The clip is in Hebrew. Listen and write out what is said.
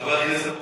חברת הכנסת אבקסיס,